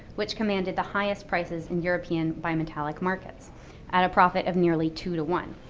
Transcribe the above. which commanded the highest prices in european bimetallic markets at a profit of nearly two two one.